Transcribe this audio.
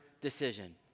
decision